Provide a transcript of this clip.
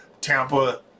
Tampa